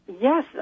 Yes